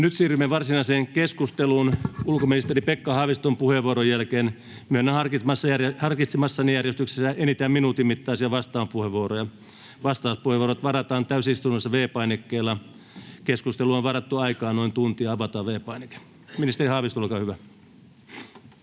nyt siirrymme varsinaiseen keskusteluun. Ulkoministeri Pekka Haaviston puheenvuoron jälkeen myönnän harkitsemassani järjestyksessä enintään minuutin mittaisia vastauspuheenvuoroja. Vastauspuheenvuorot varataan täysistunnossa V-painikkeella. Keskustelulle on varattu aikaa noin tunti. Avataan V-painike. — Ministeri Haavisto, olkaa hyvä.